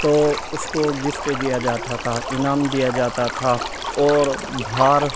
تو اس کو گفٹ دیا جاتھا تھا انعام دیا جاتا تھا اور باہر